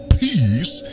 peace